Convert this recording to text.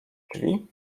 drzwi